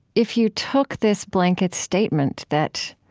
if you took this blanket statement that